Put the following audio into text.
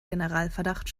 generalverdacht